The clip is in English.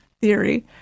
theory